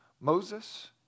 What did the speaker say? Moses